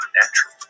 natural